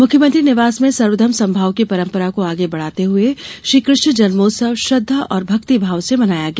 मुख्यमंत्री निवास में सर्वघर्म समभाव की परंपरा को आगे बढाते हुए श्री कृष्ण जन्मोत्सव श्रद्धा और भक्ति भाव से मनाया गया